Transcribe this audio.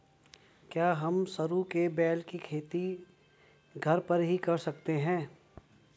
क्या हम सरू के बेल की खेती घर पर ही कर सकते हैं?